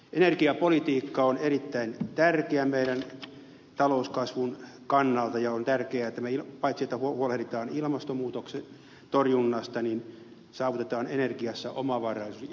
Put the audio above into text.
energiapolitiikka on erittäin tärkeä meidän talouskasvumme kannalta ja on tärkeää paitsi että huolehdimme ilmastonmuutoksen torjunnasta että saavutamme energiassa omavaraisuuden